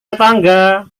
tetangga